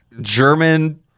German